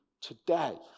today